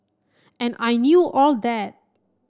and I knew all that